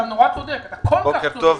אתה נורא צודק, אתה כל כך צודק.